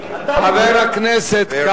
על חמישה חברי כנסת,